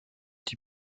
die